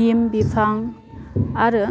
निम बिफां आरो